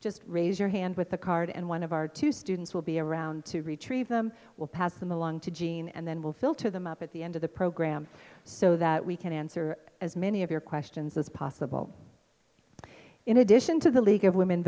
just raise your hand with a card and one of our two students will be around to retrieve them we'll pass them along to gene and then we'll filter them up at the end of the program so that we can answer as many of your questions as possible in addition to the league of women